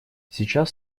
сейчас